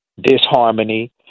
disharmony